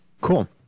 Cool